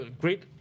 great